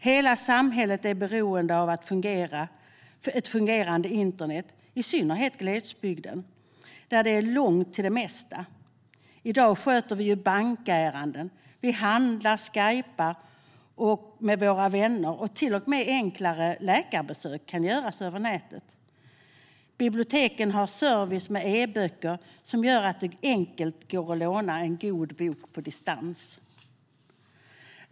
Hela samhället är beroende av ett fungerande internet, i synnerhet i glesbygden där det är långt till det mesta. I dag sköter vi ju bankärenden, vi handlar, vi skajpar med våra vänner, och till och med enklare läkarbesök kan göras över nätet. Biblioteken har service med e-böcker som gör att det enkelt går att låna en god bok på distans.